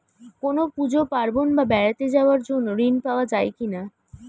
কোনো পুজো পার্বণ বা বেড়াতে যাওয়ার জন্য ঋণ পাওয়া যায় কিনা?